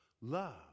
love